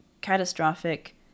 catastrophic